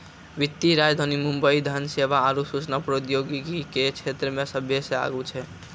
वित्तीय राजधानी मुंबई धन सेवा आरु सूचना प्रौद्योगिकी के क्षेत्रमे सभ्भे से आगू छै